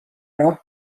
راه